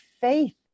faith